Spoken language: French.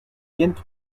viennent